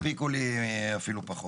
יספיקו לי אפילו פחות.